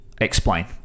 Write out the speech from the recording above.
explain